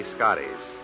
Scotty's